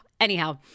Anyhow